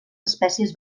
espècies